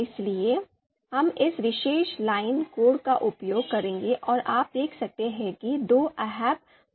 इसलिए हम इस विशेष लाइन कोड का उपयोग करेंगे और आप देख सकते हैं कि दो ahp फाइलें हैं